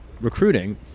recruiting